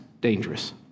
dangerous